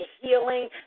healing